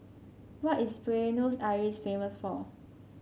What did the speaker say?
what is Buenos Aires famous for